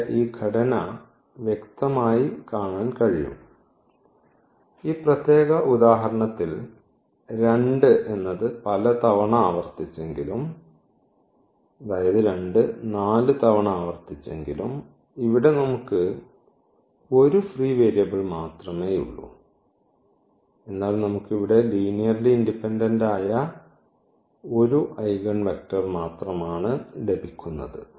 ഇവിടെ ഈ ഘടന വ്യക്തമായി കാണാൻ കഴിയും ഈ പ്രത്യേക ഉദാഹരണത്തിൽ 2 പലതവണ ആവർത്തിച്ചെങ്കിലും 2 4 തവണ ആവർത്തിച്ചെങ്കിലും ഇവിടെ നമുക്ക് ഒരു ഫ്രീ വേരിയബിൾ മാത്രമേയുള്ളൂ എന്നാൽ നമുക്ക് ഇവിടെ ലീനിയർലി ഇൻഡിപെൻഡന്റ് ആയ ഒരു ഐഗൺവെക്ടർ മാത്രമാണ് ലഭിക്കുന്നത്